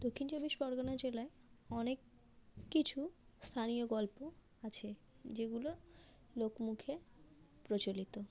দক্ষিণ চব্বিশ পরগনা জেলায় অনেক কিছু স্থানীয় গল্প আছে যেগুলো লোক মুখে প্রচলিত